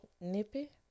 nippy